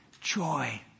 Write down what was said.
Joy